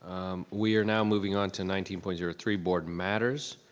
we are now moving onto nineteen point zero three, board matters.